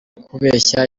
kubeshya